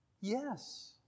Yes